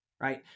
right